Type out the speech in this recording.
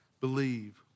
Believe